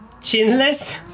chinless